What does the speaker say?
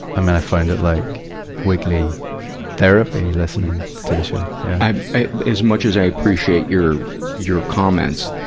i mean, i found it like weekly therapy listening to the show, i, i, as much as i appreciate your your comments,